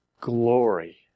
glory